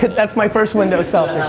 that's my first window selfie.